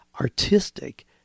artistic